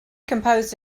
composed